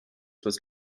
was